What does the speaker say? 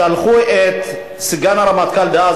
שלחו את סגן הרמטכ"ל דאז,